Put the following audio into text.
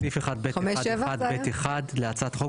בסעיף 1(ב1)(1)(ב)(1) להצעת החוק,